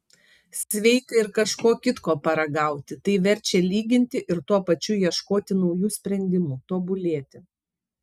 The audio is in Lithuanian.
sveika ir kažko kitko paragauti tai verčia lyginti ir tuo pačiu ieškoti naujų sprendimų tobulėti